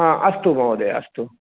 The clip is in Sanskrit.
हा अस्तु महोदयः अस्तु